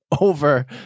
over